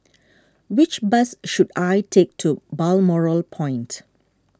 which bus should I take to Balmoral Point